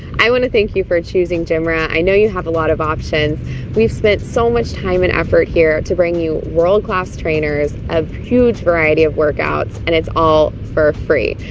i want to thank you for choosing gym rat i know you have a lot of options we've spent so much time and effort here to bring you world-class trainers of huge variety of workouts and it's all for free.